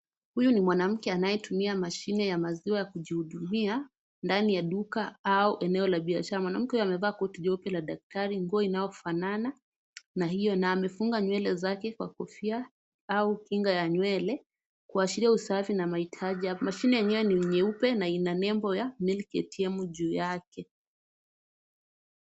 Huyu ni mwanamke anayetumia ya maziwa ya kujihudumia ndani ya duka au eneo la biashara. Mwanamke huyo amevaa koti jeupe la daktari nguo inayofanana na hiyo na amefunga nywele zake kwa kofia au kinga ya nywele kuashiria usafi na mahitaji. Mashine yenyewe ni nyeupe na ina nembo ya Milk ATM juu yake.